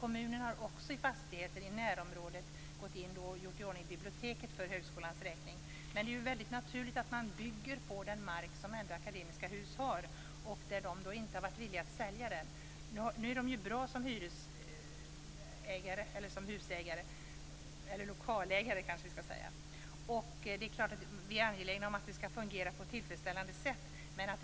Kommunen har gått in i fastigheter i närområdet och gjort i ordning biblioteket för högskolan. Det är naturligt att man bygger på den mark som Akademiska hus har och som de inte har varit villiga att sälja. De är bra som lokalägare, och det är klart att vi är angelägna om att det skall fungera på ett tillfredsställande sätt.